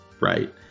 Right